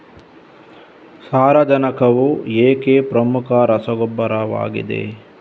ಸಾರಜನಕವು ಏಕೆ ಪ್ರಮುಖ ರಸಗೊಬ್ಬರವಾಗಿದೆ?